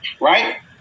right